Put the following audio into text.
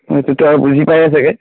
সেইটোতো আৰু বুজি পায়েই ছাগৈ